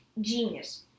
genius